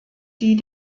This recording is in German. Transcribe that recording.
die